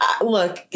look